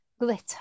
glitter